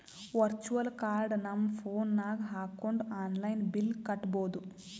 virtual card ನಮ್ phone ನಾಗ್ ಹಾಕೊಂಡ್ ಆನ್ಲೈನ್ ಬಿಲ್ ಕಟ್ಟಬೋದು